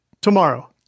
tomorrow